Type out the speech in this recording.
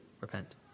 Repent